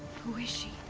who is she?